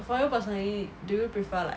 for you personally do you prefer like